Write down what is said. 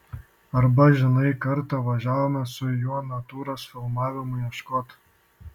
arba žinai kartą važiavome su juo natūros filmavimui ieškot